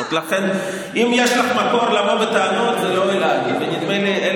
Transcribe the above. באמון שלהם ולקחת את הכיסא שקיבלת כמנדט